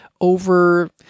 over